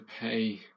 pay